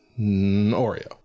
Oreo